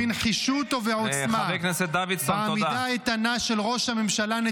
בן גביר זה הקבינט שלך?